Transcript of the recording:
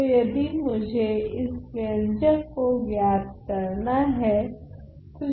तो यदि मुझे इस व्यंजक को ज्ञात करना हैं